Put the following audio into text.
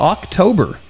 October